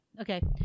Okay